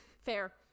Fair